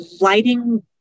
lighting